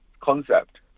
concept